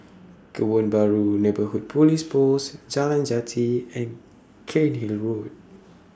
Kebun Baru Neighbourhood Police Post Jalan Jati and Cairnhill Road